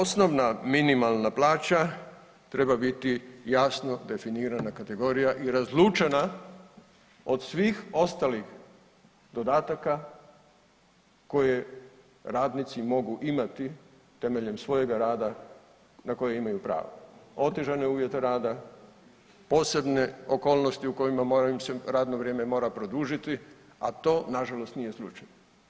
Dakle, osnovna minimalna plaća treba biti jasno definirana kategorija i razlučena od svih ostalih dodataka koje radnici mogu imati temeljem svojega rada na koji imaju pravo, otežane uvjete rada, posebne okolnosti u kojima moraju im se radno vrijeme mora produžiti, a to nažalost nije slučaj.